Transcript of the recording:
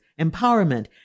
empowerment